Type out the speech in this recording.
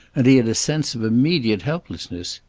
and he had a sense of immediate helplessness.